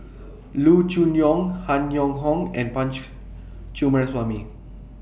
Loo Choon Yong Han Yong Hong and Punch Coomaraswamy